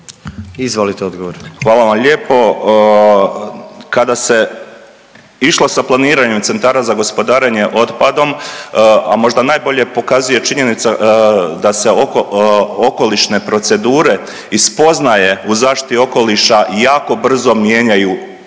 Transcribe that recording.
Mario (HDZ)** Hvala vam lijepo. Kada se išlo sa planiranjem centara za gospodarenje otpadom, a možda najbolje pokazuje činjenica da se oko okolišne procedure i spoznaje u zaštiti okoliša jako brzo mijenjaju prema